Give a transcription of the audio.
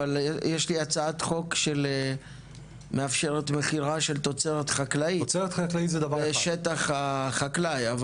אבל יש לי הצעת חוק שמאפשרת מכירה של תוצרת חקלאית משטח החקלאי.